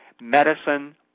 medicine